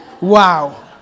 wow